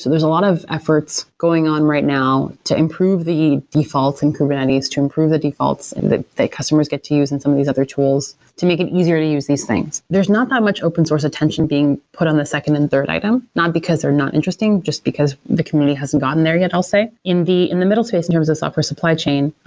there's a lot of efforts going on right now to improve the defaults and kubernetes, to improve the defaults and that customers get to use and some of these other tools, to make it easier to use these things there's not that much open source attention being put on the second and third item, not because they're not interesting, just because the community hasn't gotten there yet, i'll say. in the in the middle space in terms of software supply chain,